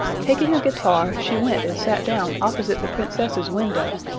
taking a guitar, she went and sat down opposite the princess's window,